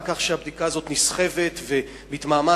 על כך שהבדיקה הזאת נסחבת ומתמהמהת.